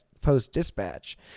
Post-Dispatch